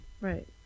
right